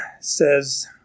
says